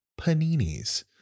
paninis